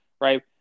right